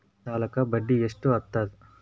ಈ ಸಾಲಕ್ಕ ಬಡ್ಡಿ ಎಷ್ಟ ಹತ್ತದ?